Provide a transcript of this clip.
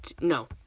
no